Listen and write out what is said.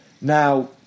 Now